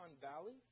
Valley